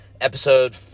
episode